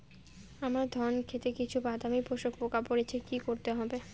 আমার ধন খেতে কিছু বাদামী শোষক পোকা পড়েছে কি করতে হবে?